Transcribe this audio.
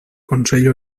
consell